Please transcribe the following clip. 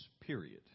period